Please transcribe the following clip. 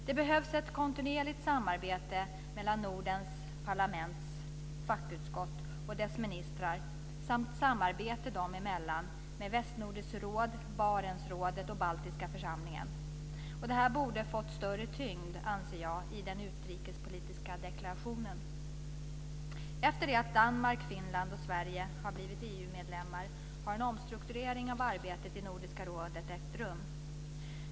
Det behövs ett kontinuerligt samarbete mellan de nordiska parlamentens fackutskott och deras ministrar, samt samarbete dem emellan med västnordiskt råd, Barentsrådet och Baltiska församlingen. Det här borde ha fått större tyngd, anser jag, i den utrikespolitiska deklarationen. Efter det att Danmark, Finland och Sverige har blivit EU-medlemmar har en omstrukturering av arbetet i Nordiska rådet ägt rum.